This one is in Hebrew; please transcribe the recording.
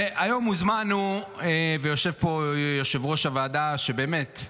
היום הוזמנו, יושב פה יושב-ראש הוועדה שבאמת,